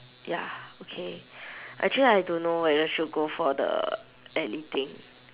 ya okay actually I don't know whether should go for the ally thing